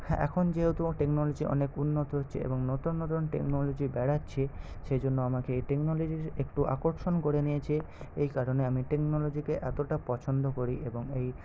হ্যাঁ এখন যেহেতু টেকনোলজি অনেক উন্নত হচ্ছে এবং নতুন নতুন টেকনোলজি বেরোচ্ছে সেইজন্য আমাকে এই টেকনোলজির একটু আকর্ষণ করে নিয়েছে এই কারণে আমি টেকনোলজিকে এতটা পছন্দ করি এবং এই